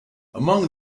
among